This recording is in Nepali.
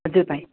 हजुर भाइ